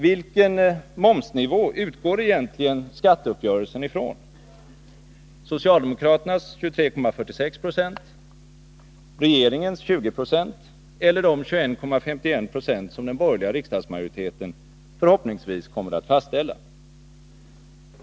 Vilken momsnivå utgår egentligen skatteuppgörelsen ifrån — socialdemokraternas 23,46 90, regeringens 20 26 eller de 21,51 96 som den borgerliga riksdagsmajoriteten förhoppningsvis kommer att fastställa?